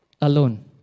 alone